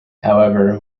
however